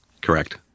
Correct